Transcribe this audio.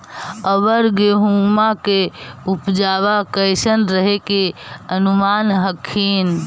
अबर गेहुमा के उपजबा कैसन रहे के अनुमान हखिन?